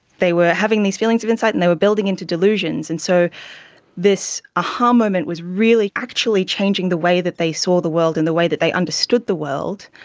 they were having these feelings of insight and they were building into delusions. and so this a-ha um moment was really actually changing the way that they saw the world and the way that they understood the world,